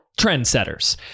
trendsetters